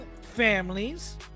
families